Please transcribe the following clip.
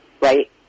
right